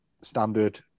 standard